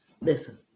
Listen